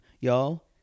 y'all